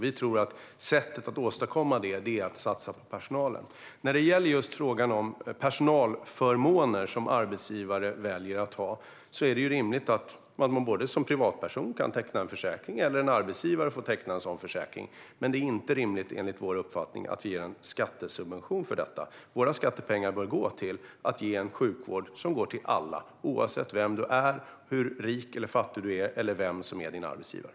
Vi tror att sättet att åstadkomma detta är att satsa på personalen. När det gäller just frågan om personalförmåner, som en del arbetsgivare väljer att ha, är det rimligt att både privatpersoner och arbetsgivare får teckna en sådan försäkring. Men det är inte rimligt, enligt vår uppfattning, att ge en skattesubvention för detta. Våra skattepengar bör gå till att ge sjukvård till alla, oavsett vem du är, hur rik eller fattig du är eller vem som är din arbetsgivare.